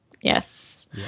Yes